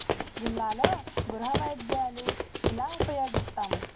జిల్లాలో గృహవైద్యాలు ఇలా ఉపయోగిస్తాము